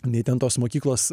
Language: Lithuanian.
nei ten tos mokyklos